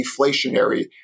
deflationary